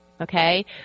okay